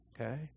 Okay